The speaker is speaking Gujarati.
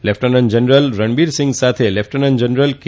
લેફટન્ટ જનરલ રણબીરસિંઘ સાથે લેફટન્ટ જનરલ કે